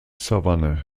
savanne